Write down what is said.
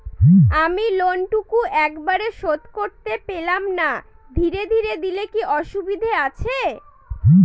আমি লোনটুকু একবারে শোধ করতে পেলাম না ধীরে ধীরে দিলে কি অসুবিধে আছে?